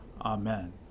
Amen